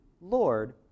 Lord